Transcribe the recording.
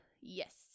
Yes